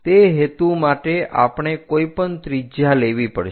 તે હેતુ માટે આપણે કોઈપણ ત્રિજ્યા લેવી પડશે